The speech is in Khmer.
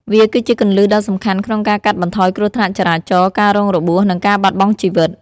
វាគឺជាគន្លឹះដ៏សំខាន់ក្នុងការកាត់បន្ថយគ្រោះថ្នាក់ចរាចរណ៍ ការរងរបួស និងការបាត់បង់ជីវិត។